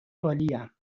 عالیم